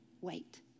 wait